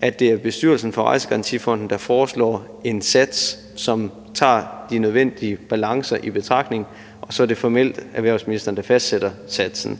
at det er bestyrelsen for Rejsegarantifonden, der foreslår en sats, som tager de nødvendige balancer i betragtning, og så er det formelt erhvervsministeren, der fastsætter satsen.